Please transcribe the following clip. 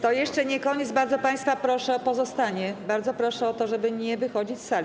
To jeszcze nie koniec, bardzo państwa proszę o pozostanie, bardzo proszę o to, żeby nie wychodzić z sali.